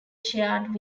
shared